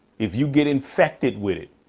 if you get infected with it,